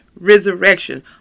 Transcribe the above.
resurrection